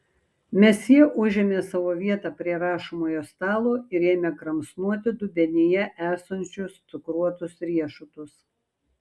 mesjė užėmė savo vietą prie rašomojo stalo ir ėmė kramsnoti dubenyje esančius cukruotus riešutus